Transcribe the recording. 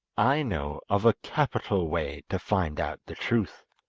i know of a capital way to find out the truth